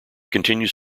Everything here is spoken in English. continues